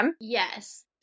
Yes